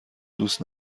دوست